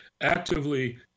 actively